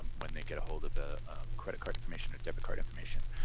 um when they get a hold of the credit card information or debit card information,